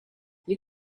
you